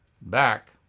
Back